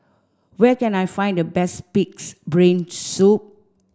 where can I find the best pig's brain soup